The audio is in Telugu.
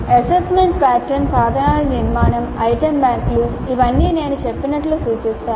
అసెస్మెంట్ ప్యాట్రన్స్ సాధనాల నిర్మాణం ఐటమ్ బ్యాంకులు అవన్నీ నేను చెప్పినట్లు సూచిస్తాయి